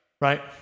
Right